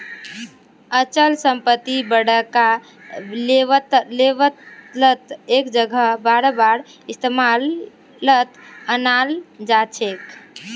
अचल संपत्ति बड़का लेवलत एक जगह बारबार इस्तेमालत अनाल जाछेक